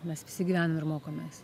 mes visi gyvenam ir mokomės